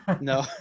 No